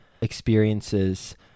experiences